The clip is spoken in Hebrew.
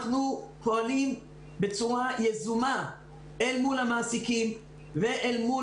אנחנו פועלים בצורה יזומה אל מול המעסיקים ואל מול